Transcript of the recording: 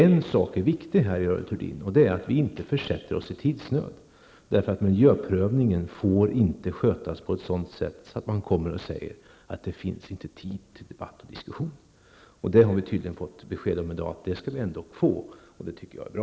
En sak är viktig, i detta sammanhang Görel Thurdin, nämligen att vi inte försätter oss i tidsnöd. Miljöprövningen får inte skötas på ett sådant sätt att man kommer och säger att det inte finns tid till debatt och diskussion. I dag har vi tydligen fått besked om att vi skall få tid, och det tycker jag är bra.